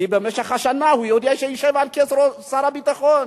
כי במשך השנה הוא יודע שישב על כס שר הביטחון.